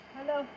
Hello